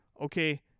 Okay